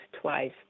twice